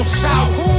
south